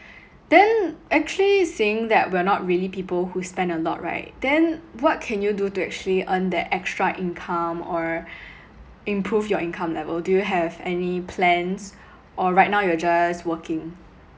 then actually seeing that we're not really people who spend a lot right then what can you do to actually earn that extra income or improve your income level do you have any plans or right now you're just working